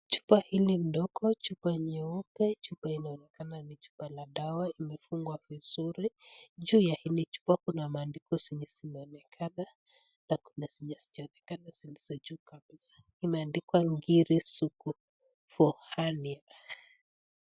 Chupa hili ndogo. Chupa nyeupe, chupa inaonekana ni chupa la dawa imefungwa vizuri juu ya hili chupa kuna maandiko zenye zimeonekana na kuna zenye hazijaonekana zimeandikwa Ngiri Sugu for hernia.